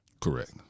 Correct